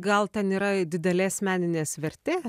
gal ten yra didelės meninės vertė